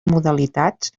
modalitats